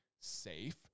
safe